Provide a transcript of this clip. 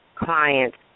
clients